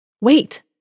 Wait